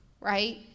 right